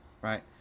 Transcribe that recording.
right